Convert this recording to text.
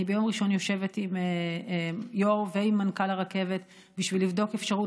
אני ביום ראשון יושבת עם יו"ר ועם מנכ"ל הרכבת בשביל לבדוק אפשרות